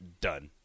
done